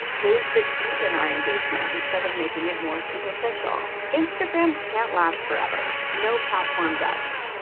ways that deepen our engagement instead of making it more superficial. instagram can't last forever, no platform does.